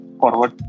forward